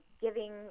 giving